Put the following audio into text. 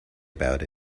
about